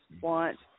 want